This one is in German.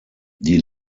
die